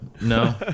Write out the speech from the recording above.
No